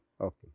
Okay